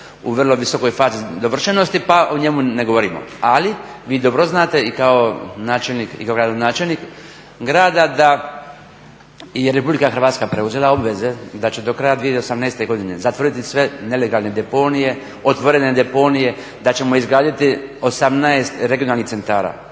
u vrlo visokoj fazi dovršenosti pa o njemu ne govorimo. Ali vi dobro znate i kao načelnik i kao gradonačelnik grada je Republika Hrvatska preuzela obveze da će do kraja 2018. godine zatvoriti sve nelegalne deponije, otvorene deponije, da ćemo izgraditi 18 regionalnih centara.